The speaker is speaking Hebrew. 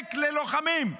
זועק ללוחמים,